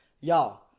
y'all